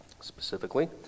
Specifically